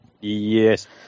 Yes